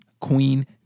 queen